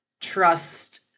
trust